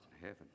heaven